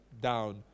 down